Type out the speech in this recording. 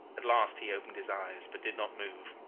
at last he opened his eyes, but did not move.